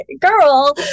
girl